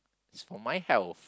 it's for my health